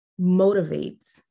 motivates